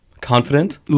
confident